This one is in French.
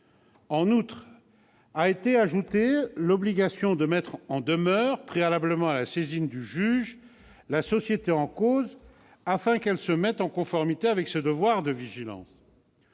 En outre, a été ajoutée l'obligation de mettre en demeure, préalablement à la saisine du juge, la société en cause afin qu'elle se mette en conformité avec ses devoirs de vigilance.